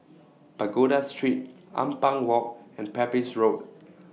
Pagoda Street Ampang Walk and Pepys Road